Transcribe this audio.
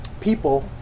people